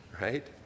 right